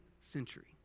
century